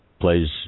plays